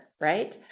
right